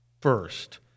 first